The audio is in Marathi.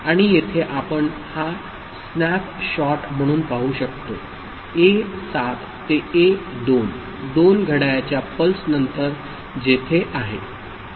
आणि येथे आपण हा स्नॅपशॉट म्हणून पाहू शकतो ए 7 ते ए 2 2 घड्याळाच्या पल्स नंतर जेथे आहे